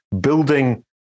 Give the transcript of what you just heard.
building